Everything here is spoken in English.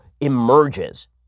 emerges